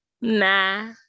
Nah